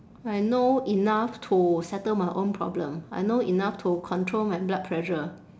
I know enough to settle my own problem I know enough to control my blood pressure